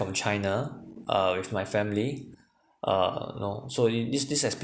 from china uh with my family uh know so this this experience